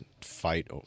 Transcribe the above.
fight